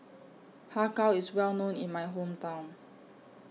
Har Kow IS Well known in My Hometown